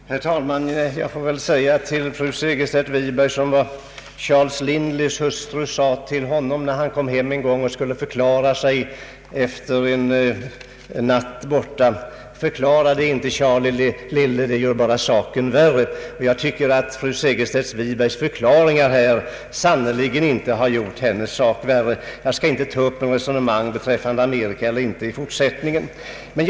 Herr talman! Jag får väl säga till fru Segerstedt Wiberg som Charles Lindleys hustru sade till honom när han kom hem en gång och skulle förklara sig efter att ha varit borta en natt: Förklara dig inte, Charlie lille, det gör bara saken värre! Jag tycker att fru Segerstedt Wibergs förklaringar här sannerligen inte har gjort hennes sak bättre. Jag skall inte i fortsättningen ta upp något resonemang beträffande Amerika.